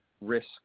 risk